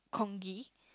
congee